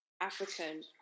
African